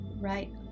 right